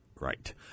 Right